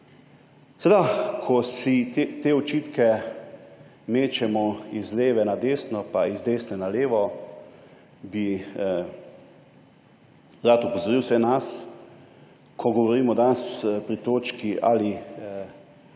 Seveda, ko si te očitke mečemo iz leve na desno pa iz desne na levo, bi rad opozoril vse nas, ko govorimo danes pri točki, ali